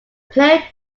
player